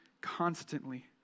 constantly